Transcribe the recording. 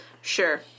Sure